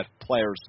players